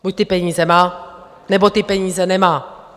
Buď ty peníze má, nebo ty peníze nemá!